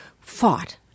fought